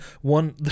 one